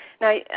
Now